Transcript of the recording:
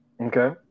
Okay